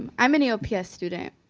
um i'm an eops student.